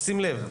שים לב,